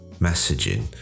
messaging